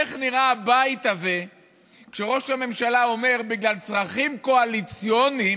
איך נראה הבית הזה כשראש הממשלה אומר: בגלל צרכים קואליציוניים,